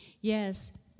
Yes